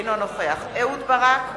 אינו נוכח אהוד ברק,